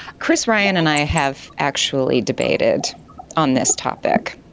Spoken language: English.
chris ryan and i have actually debated on this topic,